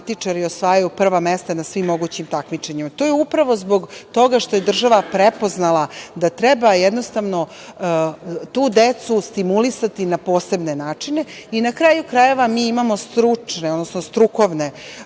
osvajaju prva mesta na svim mogućim takmičenjima. To je upravo zbog toga što je država prepoznala da treba tu decu stimulisati na posebne načine i na kraju krajeva mi imamo stručne, odnosno strukovne